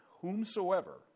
whomsoever